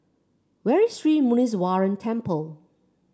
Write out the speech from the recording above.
where is Sri Muneeswaran Temple